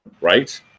Right